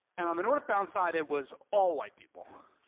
and on the northbound side it was all white people,